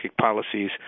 policies